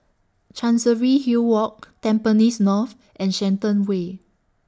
Chancery Hill Walk Tampines North and Shenton Way